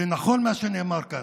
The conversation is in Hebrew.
ונכון מה שנאמר כאן,